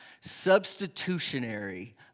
substitutionary